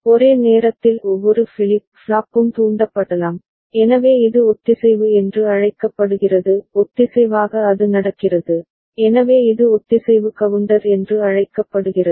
ஒரே நேரத்தில் ஒவ்வொரு ஃபிளிப் ஃப்ளாப்பும் தூண்டப்படலாம் எனவே இது ஒத்திசைவு என்று அழைக்கப்படுகிறது ஒத்திசைவாக அது நடக்கிறது எனவே இது ஒத்திசைவு கவுண்டர் என்று அழைக்கப்படுகிறது